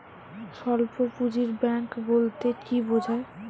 স্বল্প পুঁজির ব্যাঙ্ক বলতে কি বোঝায়?